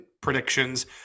predictions